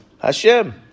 Hashem